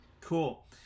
Cool